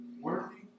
worthy